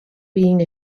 being